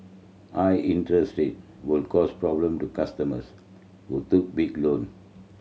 high interest rate will cause problem to customers who took big loan